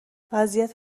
وضعیت